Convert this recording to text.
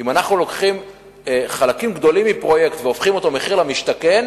אם אנחנו לוקחים חלקים גדולים מפרויקט והופכים אותו מחיר למשתכן,